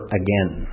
again